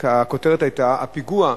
הכותרת היתה: פיגוע,